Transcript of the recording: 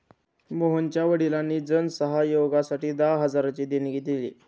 मोहनच्या वडिलांनी जन सहयोगासाठी दहा हजारांची देणगी दिली